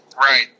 Right